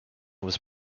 was